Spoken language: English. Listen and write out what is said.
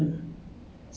six ah